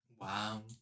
Wow